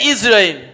Israel